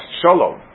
Shalom